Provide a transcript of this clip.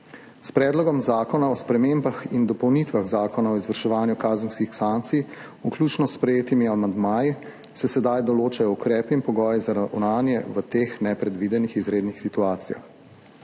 S Predlogom zakona o spremembah in dopolnitvah Zakona o izvrševanju kazenskih sankcij, vključno s sprejetimi amandmaji, se sedaj določajo ukrepi in pogoji za ravnanje v teh nepredvidenih izrednih situacijah.